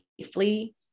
safely